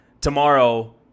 tomorrow